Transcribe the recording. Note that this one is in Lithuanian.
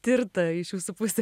tirta iš visų pusių